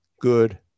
good